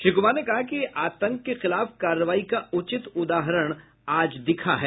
श्री कुमार ने कहा कि आतंक के खिलाफ कार्रवाई का उचित उदाहरण आज दिखा है